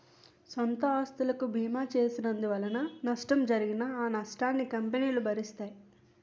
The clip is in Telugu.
సొంత ఆస్తులకు బీమా చేసినందువలన నష్టం జరిగినా ఆ నష్టాన్ని కంపెనీలు భరిస్తాయి